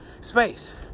space